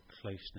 closeness